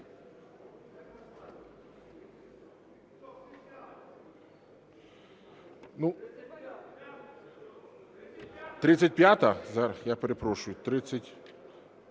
35-я, я перепрошую.